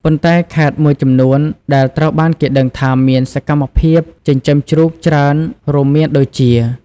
ប៉ុន្តែខេត្តមួយចំនួនដែលត្រូវបានគេដឹងថាមានសកម្មភាពចិញ្ចឹមជ្រូកច្រើនរួមមានដូចជា។